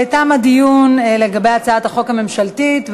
תם הדיון בהצעת החוק הממשלתית.